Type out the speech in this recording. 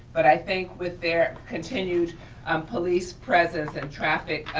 but i think with their continued um police presence and traffic